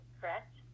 correct